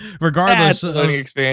regardless